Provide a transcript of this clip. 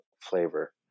flavor